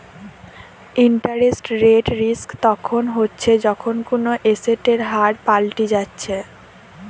interest rate risk তখন হচ্ছে যখন কুনো এসেটের হার পাল্টি যাচ্ছে